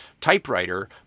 typewriter